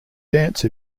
dance